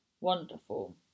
Wonderful